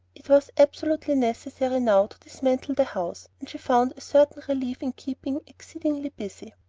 it was absolutely necessary now to dismantle the house, and she found a certain relief in keeping exceedingly busy.